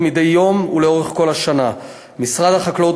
מזון וויטמין C. למרבה הצער מצבם של העופות היה קשה ביותר,